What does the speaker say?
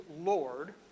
Lord